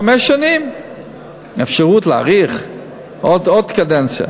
חמש שנים, ואפשרות להאריך בעוד קדנציה.